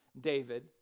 David